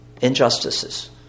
injustices